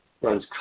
runs